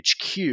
HQ